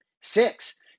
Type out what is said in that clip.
Six